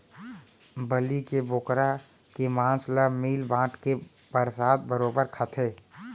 बलि के बोकरा के मांस ल मिल बांट के परसाद बरोबर खाथें